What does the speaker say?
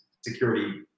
security